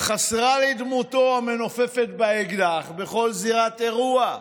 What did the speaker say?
חסרה לי דמותו המנופפת באקדח בכל זירת אירוע,